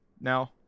now